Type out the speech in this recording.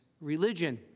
religion